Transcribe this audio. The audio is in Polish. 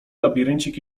labiryncik